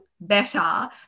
better